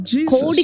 Jesus